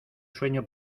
sueño